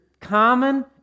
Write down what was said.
common